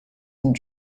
and